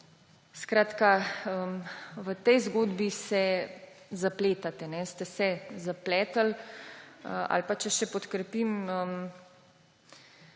Skratka, v tej zgodbi se zapletate, ste se zapletli. Če še podkrepim